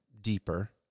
deeper